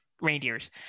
Reindeers